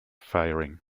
firing